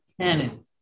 Canon